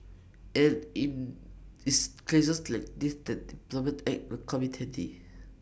and IT is cases like these that the employment act will come in handy